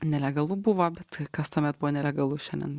nelegalu buvo bet kas tuomet buvo nelegalu šiandien